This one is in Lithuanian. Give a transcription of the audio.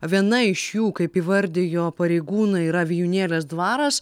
viena iš jų kaip įvardijo pareigūnai yra vijūnėlės dvaras